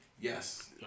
Yes